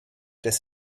des